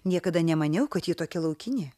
niekada nemaniau kad ji tokia laukinė